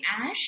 ash